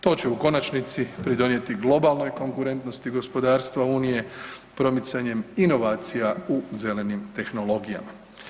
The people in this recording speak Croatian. To će u konačnici pridonijeti globalnoj konkurentnosti gospodarstva Unije promicanjem inovacija u zelenim tehnologijama.